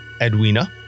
Edwina